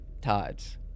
Tides